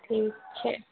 ठीक छै